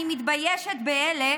אני מתביישת באלה